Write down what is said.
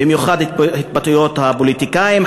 במיוחד התבטאויות הפוליטיקאים,